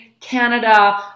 Canada